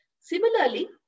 Similarly